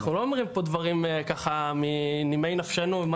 אנחנו לא אומרים פה דברים ככה מנימי נפשנו.